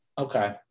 Okay